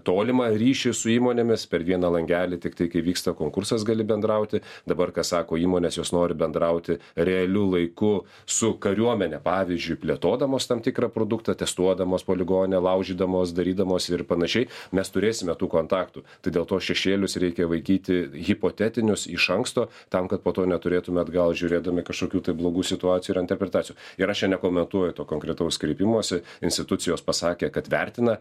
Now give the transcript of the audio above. tolimą ryšį su įmonėmis per vieną langelį tik tai įvyksta konkursas gali bendrauti dabar ką sako įmonės jos nori bendrauti realiu laiku su kariuomene pavyzdžiui plėtodamos tam tikrą produktą testuodamos poligone laužydamos darydamos ir panašiai mes turėsime tų kontaktų tai dėl to šešėlius reikia vaikyti hipotetinius iš anksto tam kad po to neturėtume atgal žiūrėdami kažkokių tai blogų situacijų ir interpretacijų ir aš čia nekomentuoju to konkretaus kreipimosi institucijos pasakė kad vertina